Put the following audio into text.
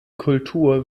kultur